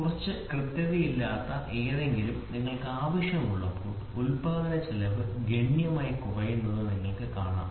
കുറച്ച് കൃത്യതയില്ലാത്ത എന്തെങ്കിലും നിങ്ങൾക്ക് ആവശ്യമുള്ളപ്പോൾ ഉൽപാദനച്ചെലവ് ഗണ്യമായി കുറയുന്നത് നിങ്ങൾക്ക് കാണാം